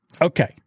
Okay